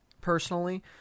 personally